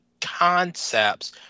concepts